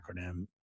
acronym